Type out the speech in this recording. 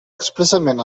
expressament